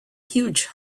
huge